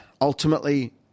Ultimately